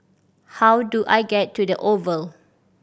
how do I get to The Oval